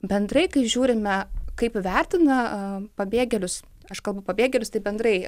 bendrai kai žiūrime kaip vertina pabėgėlius aš kalbu pabėgėlius tai bendrai